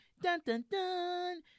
dun-dun-dun